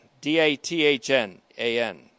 D-A-T-H-N-A-N